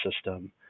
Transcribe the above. system